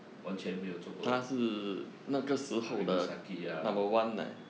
完全没有做过的 arrigo sacchi ah